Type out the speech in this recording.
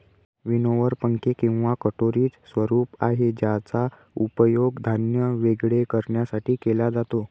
winnower पंखे किंवा कटोरीच स्वरूप आहे ज्याचा उपयोग धान्य वेगळे करण्यासाठी केला जातो